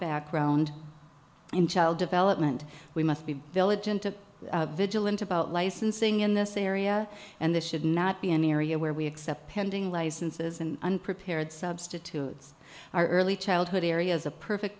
background in child development we must be diligent to vigilant about licensing in this area and this should not be an area where we accept pending licenses and unprepared substitutes our early childhood area is a perfect